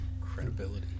Credibility